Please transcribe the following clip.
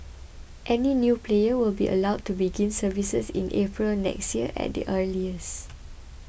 any new player will be allowed to begin services in April next year at the earliest